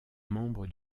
membre